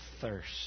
thirst